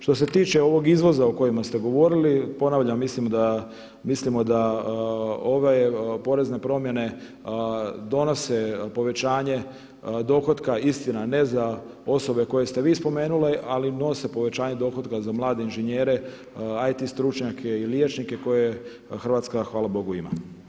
Što se tiče ovog izvoza o kojemu ste govorili, ponavljam mislimo da ove porezne promjene donose povećanje dohotka istina ne za osobe koje ste vi spomenuli ali nose povećanje dohotka za mlade inženjere, IT stručnjake i liječnike koje Hrvatska hvala Bogu ima.